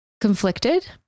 Conflicted